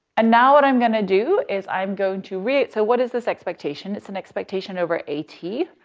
and now what i'm gonna do is i'm going to read it, so what is this expectation? it's an expectation over a t.